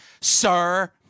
sir